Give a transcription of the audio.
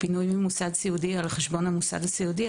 הוא על חשבון המוסד הסיעודי.